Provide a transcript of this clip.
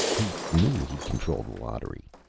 he knew he'd control the lottery.